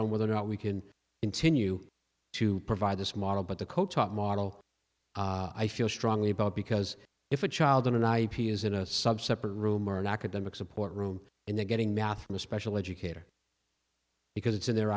on whether or not we can continue to provide this model but the co top model i feel strongly about because if a child on an ip is in a sub separate room or an academic support room and they're getting math in a special educator because it's in the